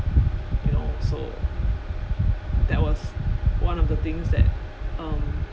you know so that was one of the things that um